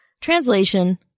Translation